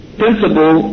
principle